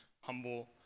humble